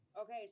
okay